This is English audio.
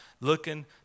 looking